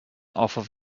off